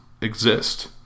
exist